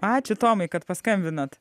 ačiū tomai kad paskambinot